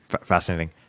fascinating